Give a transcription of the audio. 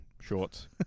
shorts